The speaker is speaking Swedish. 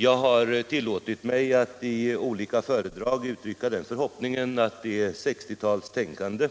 Jag har tillåtit mig att i olika föredrag uttrycka den förhoppningen att det 1960-talstänkande